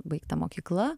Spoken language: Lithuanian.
baigta mokykla